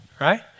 Right